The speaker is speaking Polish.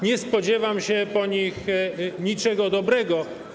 Nie spodziewam się po nich niczego dobrego.